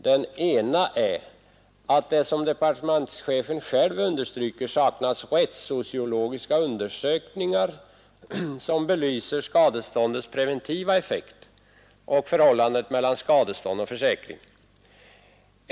Den ena är att det, som departementschefen själv understryker, saknas rättssociologiska undersökningar, som belyser skadeståndets preventiva effekt och förhållandet mellan skadestånd och försäkring.